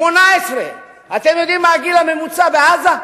18. אתם יודעים מה הגיל הממוצע בעזה?